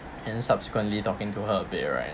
and subsequently talking to her a bit right